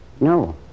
No